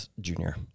junior